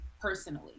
personally